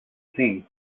team